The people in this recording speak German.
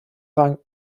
rang